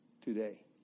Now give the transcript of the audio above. today